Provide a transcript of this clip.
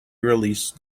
release